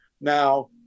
Now